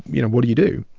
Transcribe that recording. you know, what do you do?